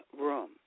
room